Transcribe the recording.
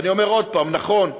ואני אומר עוד פעם: נכון,